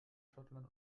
schottland